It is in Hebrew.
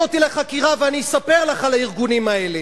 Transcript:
אותי לחקירה ואני אספר לך על הארגונים האלה.